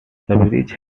bridge